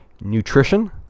Nutrition